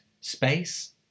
space